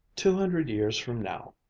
two hundred years from now,